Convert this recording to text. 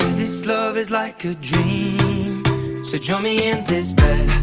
this love is like a dream so join me in this bed